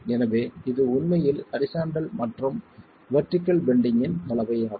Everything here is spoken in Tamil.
எனவே இது உண்மையில் ஹரிசாண்டல் மற்றும் வெர்டிகள் பெண்டிங்ன் கலவையாகும்